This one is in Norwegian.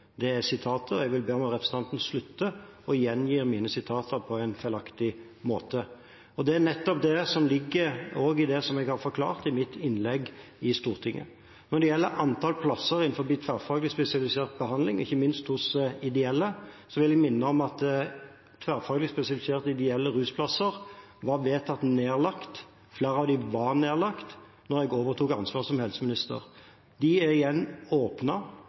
Det er sitatet, og jeg vil be om at representanten slutter med å gjengi mine sitater på en feilaktig måte. Det er nettopp det som ligger i det jeg har forklart i mitt innlegg i Stortinget. Når det gjelder antall plasser innen tverrfaglig spesialisert behandling, ikke minst hos ideelle, vil jeg minne om at tverrfaglig spesialiserte ideelle rusplasser var vedtatt nedlagt – flere av dem var nedlagt – da jeg overtok ansvaret som helseminister. De er igjen